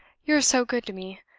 you are so good to me.